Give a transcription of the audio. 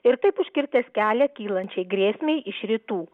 ir taip užkirtęs kelią kylančiai grėsmei iš rytų